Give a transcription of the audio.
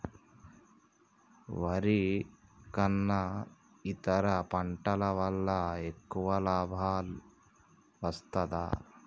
వరి కన్నా ఇతర పంటల వల్ల ఎక్కువ లాభం వస్తదా?